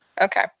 Okay